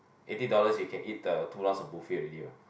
eighty dollars you can eat the two rounds of buffet already what